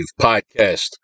podcast